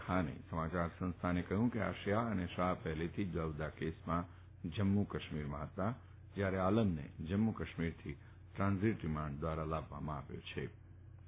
ખાને સમાયાર સંસ્થાને કહ્યું હતું કે આસિયા અને શાહ પહેલાથી જુદાજુદા કેસોમાં જમ્મુકાશ્મિરમાં હતા જયારે આલમને જમ્મુ કાશ્મિરથી ટ્રાન્ઝીટ રિમાન્ડથી લાવવામાં આવ્યો ફતો